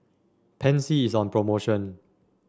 Pansy is on promotion